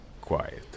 Quiet